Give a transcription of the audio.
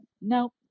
no